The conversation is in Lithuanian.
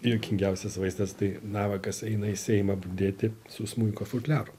juokingiausias vaizdas tai navakas eina į seimą budėti su smuiko futliaru